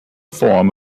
form